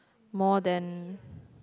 more than